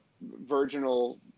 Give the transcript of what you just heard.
virginal